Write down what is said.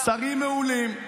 והיו שרים מעולים,